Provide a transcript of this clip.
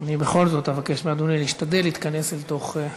אני בכל זאת אבקש מאדוני להשתדל להתכנס אל תוך מנת הזמן.